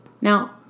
now